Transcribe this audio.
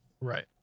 right